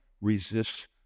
resists